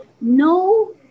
no